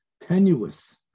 tenuous